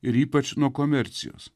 ir ypač nuo komercijos